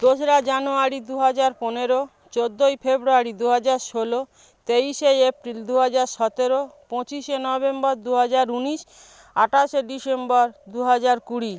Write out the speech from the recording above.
দোসরা জানুয়ারি দু হাজার পনেরো চোদ্দোই ফেব্রুয়ারি দু হাজার ষোলো তেইশে এপ্রিল দু হাজার সতেরো পঁচিশে নভেম্বর দু হাজার উনিশ আঠাশে ডিসেম্বর দু হাজার কুড়ি